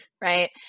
right